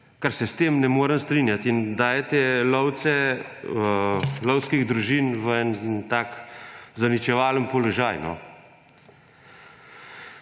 S tem se ne morem strinjati, ker dajete lovce lovskih družin v en tak zaničevalen položaj.